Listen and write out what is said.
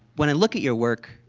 when i look at your work,